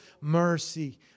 Mercy